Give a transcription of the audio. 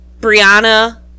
Brianna